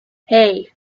hey